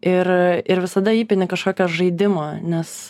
ir ir visada įpini kažkokio žaidimo nes